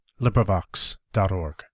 Librivox.org